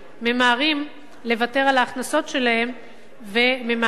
ממהרים לוותר על ההכנסות שלהם וממהרים